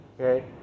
okay